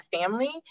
family